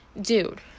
dude